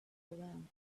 around